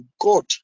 God